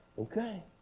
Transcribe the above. okay